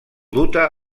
duta